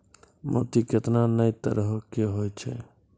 मोती केतना नै तरहो के होय छै